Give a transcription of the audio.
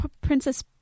princess